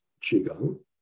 qigong